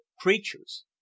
creatures